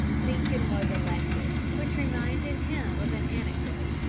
lincoln was elected, which reminded him of an anecdote.